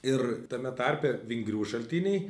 ir tame tarpe vingrių šaltiniai